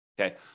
okay